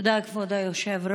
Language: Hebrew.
תודה, כבוד היושב-ראש.